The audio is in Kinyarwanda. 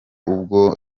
ubwo